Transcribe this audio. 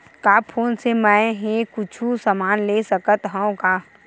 का फोन से मै हे कुछु समान ले सकत हाव का?